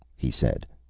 he said.